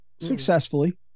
Successfully